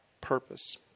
purpose